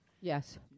Yes